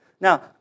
Now